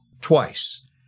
twice